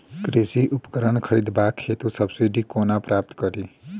कृषि उपकरण खरीदबाक हेतु सब्सिडी कोना प्राप्त कड़ी?